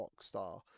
Rockstar